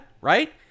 right